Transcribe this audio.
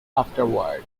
afterward